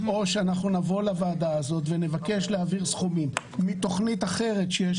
או שנבוא לוועדה הזאת ונבקש להעביר סכומים מתוכנית אחרת שיש